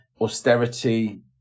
austerity